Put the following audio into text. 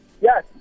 yes